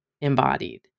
embodied